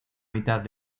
mitad